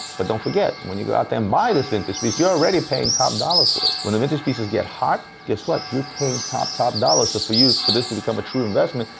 but don't forget, when you go out there and buy this vintage piece, you're already paying top dollar for it. when the vintage pieces get hot, guess what? you're paying top, top dollar. so, for you, for this to become a true investment,